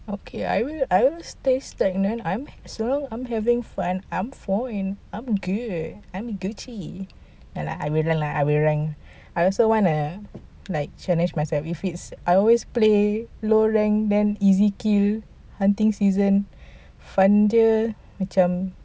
okay I will I will stay stagnant I'm so long I'm having fun I'm flowing I'm good I'm gucci and I will I will rank I also want to challenge myself if it's I always play low rank then easy kill hunting season fun dia macam